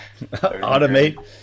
Automate